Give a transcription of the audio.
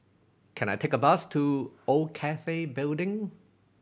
can I take a bus to Old Cathay Building